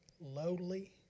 lowly